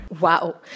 Wow